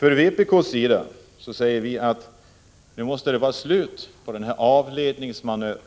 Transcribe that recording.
Vii vpk framhåller att det nu måste vara slut på denna avledningsmanöver.